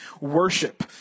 worship